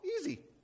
easy